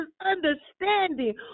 understanding